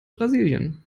brasilien